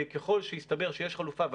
ככל שיסתבר שיש חלופה אחרת,